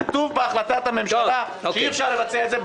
כתוב בהחלטת הממשלה שאי אפשר לבצע את זה,